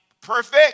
perfect